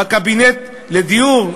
בקבינט הדיור.